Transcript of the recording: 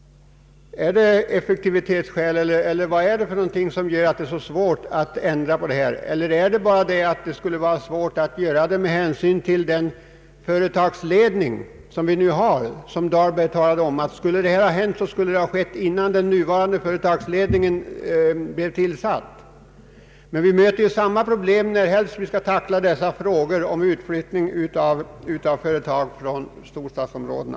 är det effektivitetsskäl, eller vad är det som gör det så svårt att ändra på detta? är svårigheterna föranledda av den företagsledning som LKAB nu har? Herr Dahlberg sade ju att en eventuell förändring borde ha skett innan den nuvarande företagsledningen blev tillsatt. Sådana här problem kommer vi att möta närhelst vi skall tackla frågor om utflyttning av företag från storstadsområdena.